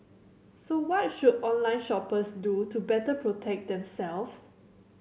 so what should online shoppers do to better protect themselves